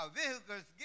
vehicles